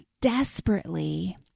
desperately